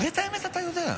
הרי את האמת אתה יודע.